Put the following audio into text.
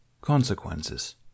CONSEQUENCES